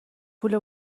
پول